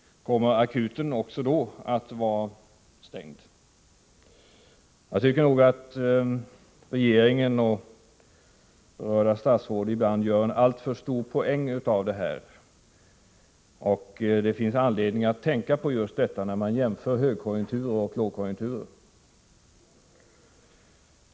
Kommer akuten också då att vara stängd? Jag tycker nog att regeringen och berörda statsråd ibland gör alltför stor poäng av detta. Det finns anledning att tänka på detta när man jämför högkonjunktur och lågkonjunktur.